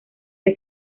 que